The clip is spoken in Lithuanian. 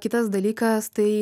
kitas dalykas tai